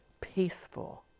peaceful